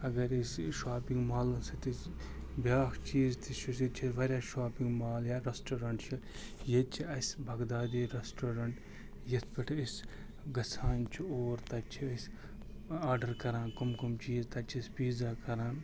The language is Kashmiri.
اگر أسۍ شاپِنٛگ مالَن سۭتۍ أسۍ بیٛاکھ چیٖز تہِ چھُ اسہِ ییٚتہِ چھِ اسہِ واریاہ شاپِنٛگ مال یا ریٚسٹورنٛٹ چھِ ییٚتہِ چھِ اسہِ بَغدادی ریٚسٹورنٛٹ یِیٚتھ پٮ۪ٹھ أسۍ گَژھان چھِ اور تتہِ چھِ أسۍ آرڈر کران کٕم کٕم چیٖز تتہِ چھِ أسۍ پیٖزا کران